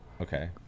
okay